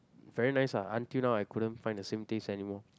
very nice ah until now I couldn't find the same taste anymore